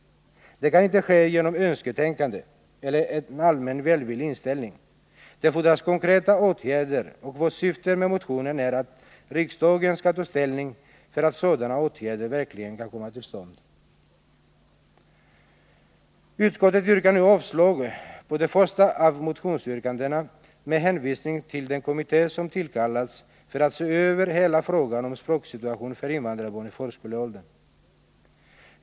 Det kan inte ske genom önsketänkande eller en allmänt välvillig inställning. Det fordras konkreta åtgärder, och vårt syfte med motionen är att riksdagen skall ta ställning för att sådana åtgärder verkligen skall komma till stånd. Utskottet yrkar nu avslag på det första av motionsyrkandena med hänvisning till den kommitté som tillkallats för att se över hela frågan om språksituationen för invandrarbarn i förskoleåldern.